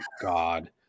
God